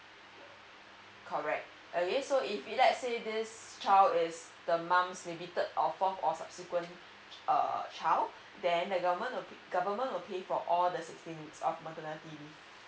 correct okay so if if let's say this child is the mum's maybe third or fourth or subsequent uh child then the government uh government will pay for all the sixteen weeks of maternity leave